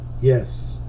Yes